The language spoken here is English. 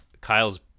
Kyle's